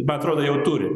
man atrodo jau turi